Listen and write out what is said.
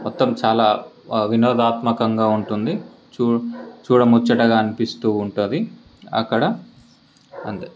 మొత్తం చాలా వినోదాత్మకంగా ఉంటుంది చూ చూడముచ్చటగా అనిపిస్తు ఉంటుంది అక్కడ అంతే